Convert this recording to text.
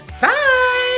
Bye